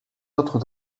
autres